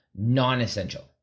non-essential